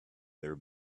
their